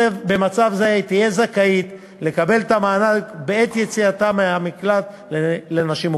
במצב זה היא תהיה זכאית לקבל את המענק בעת יציאתה מהמקלט לנשים מוכות.